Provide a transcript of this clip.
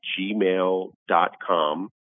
gmail.com